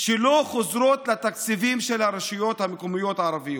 שלא חוזרים לתקציבים של הרשויות הערביות.